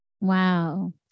Wow